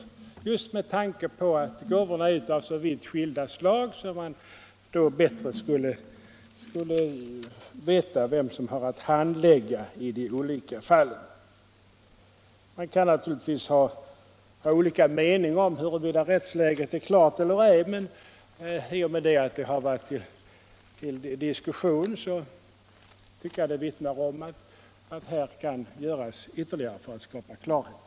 Just med tanke på att gåvor är av så vitt skilda slag skulle vi då bättre veta vem som har rätt att handlägga de olika fallen. Man kan naturligtvis ha olika mening om huruvida rättsläget är klart eller ej, men att det har varit uppe till diskussion tycker jag vittnar om att här kan ytterligare insatser göras för att skapa klarhet.